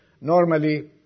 Normally